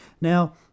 now